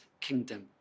kingdom